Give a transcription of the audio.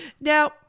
Now